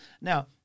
Now